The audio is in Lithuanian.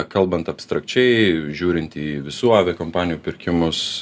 kalbant abstrakčiai žiūrint į visų aviakompanijų pirkimus